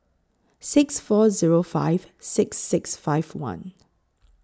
six four Zero five six six five one